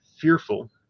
fearful